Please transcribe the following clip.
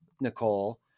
Nicole